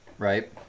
Right